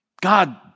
God